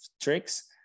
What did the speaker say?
tricks